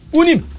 unim